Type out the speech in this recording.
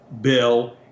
bill